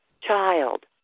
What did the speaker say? child